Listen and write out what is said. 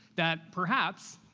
that perhaps,